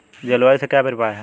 जलवायु से क्या अभिप्राय है?